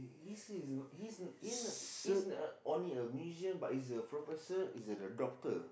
he's is he's he's he's isn't only a musician but he's professor he's a doctor